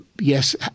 yes